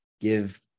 give